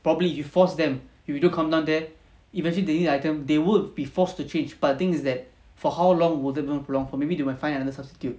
probably you force them you do come down there eventually that these items they would be forced to change but the thing is that for how long will they even put on for maybe they might find another substitute